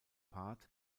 part